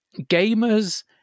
gamers